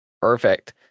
Perfect